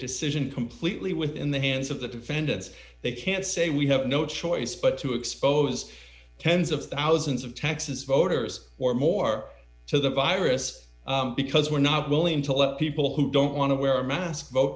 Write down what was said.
decision completely within the hands of the defendants they can't say we have no choice but to expose tens of thousands of texas voters or more to the virus because we're not willing to let people who don't want to wear a mask vote